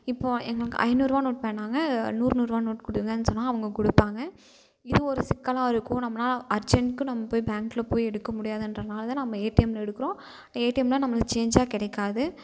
இப்போது எங்களுக்கு ஐநூறுருவா நோட் வேணாங்க நூறு நூறுருவா நோட் கொடுங்கன் சொன்னால் அவங்க கொடுப்பாங்க இது ஒரு சிக்கலாக இருக்கும் நம்மளால் அர்ஜென்ட்டுக்கு நம் போய் பேங்க்கில் போய் எடுக்க முடியாதுகிறனால தான் நம்ம ஏடிஎம்மில் எடுக்கிறோம் ஏடிஎம்மில் நம்மளுக்கு சேஞ்சாக கிடைக்காது